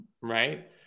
right